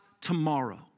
tomorrow